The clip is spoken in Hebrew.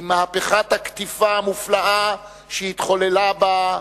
עם "מהפכת הקטיפה" המופלאה שהתחוללה בה,